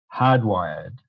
hardwired